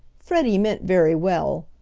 freddie meant very well,